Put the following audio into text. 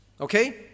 Okay